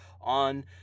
on